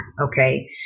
okay